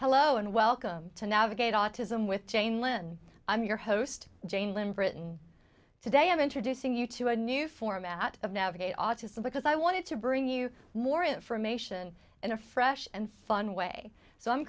hello and welcome to navigate autism with jane lynn i'm your host jane lynch britain today i'm introducing you to a new format of navigate autism because i wanted to bring you more information in a fresh and fun way so